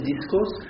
discourse